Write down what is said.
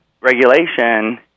regulation